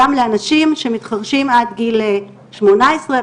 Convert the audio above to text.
גם לאנשים שמתחרשים עד גיל שמונה עשרה.